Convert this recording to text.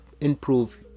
improve